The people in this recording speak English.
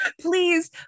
Please